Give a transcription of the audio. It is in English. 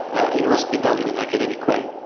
it must be done in an academic way.